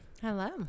Hello